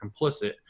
complicit